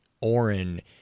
orin